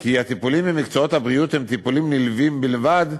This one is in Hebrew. כי הטיפולים במקצועות הבריאות הם טיפולים נלווים בלבד,